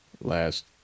Last